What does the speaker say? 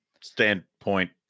standpoint